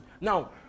Now